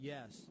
Yes